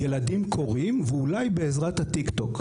ילדים קוראים, ואולי בעזרת הטיק-טוק.